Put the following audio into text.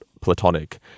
platonic